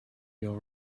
your